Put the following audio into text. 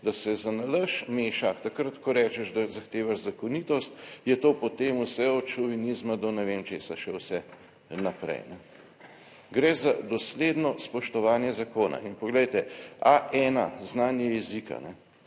da se zanalašč meša takrat, ko rečeš, da zahtevaš zakonitost, je to potem vse od šovinizma do ne vem česa še vse naprej. Gre za dosledno spoštovanje zakona in poglejte, A1 znanje jezika,